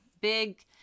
big –